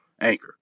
Anchor